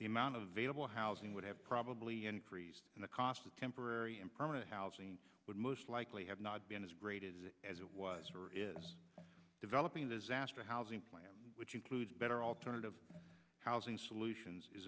the amount of vailable housing would have probably increased and the cost of temporary and permanent housing would most likely have not been as great as it was or is developing this vast a housing plan which includes better alternative housing solutions is